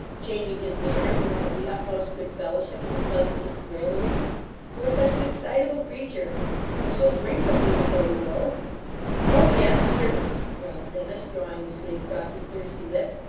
changing his manner for one of the utmost good fellowship and the pleasantest raillery you are such an excitable creature but you'll drink with me before you go oh, yes certainly growled dennis, drawing his sleeve across his thirsty lips.